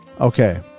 Okay